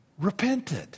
repented